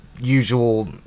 usual